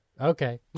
Okay